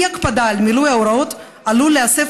אי-הקפדה על מילוי ההוראות עלול להסב